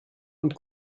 und